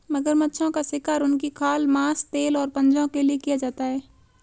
मगरमच्छों का शिकार उनकी खाल, मांस, तेल और पंजों के लिए किया जाता है